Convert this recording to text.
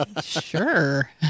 sure